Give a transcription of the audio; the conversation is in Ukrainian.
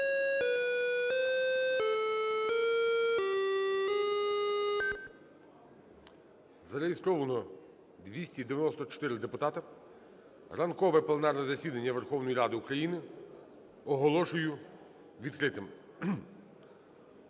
Зареєстровано 294 депутати. Ранкове пленарне засідання Верховної Ради України оголошую відкритим.